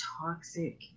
toxic